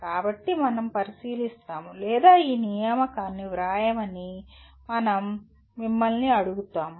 కాబట్టి మనం పరిశీలిస్తాము లేదా ఈ నియామకాన్ని వ్రాయమని మనం మిమ్మల్ని అడుగుతున్నాము